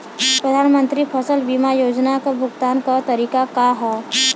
प्रधानमंत्री फसल बीमा योजना क भुगतान क तरीकाका ह?